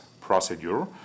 procedure